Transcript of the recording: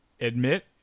admit